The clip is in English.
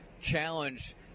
challenge